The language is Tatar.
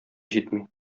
җитми